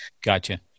gotcha